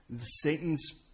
Satan's